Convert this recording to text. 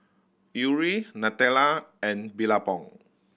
Yuri Nutella and Billabong